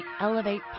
Elevate